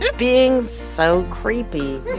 and being so creepy